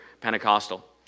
Pentecostal